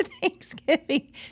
Thanksgiving